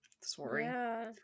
sorry